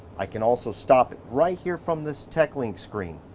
i can also stop it right here from this techlink screen.